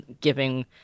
giving